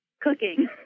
cooking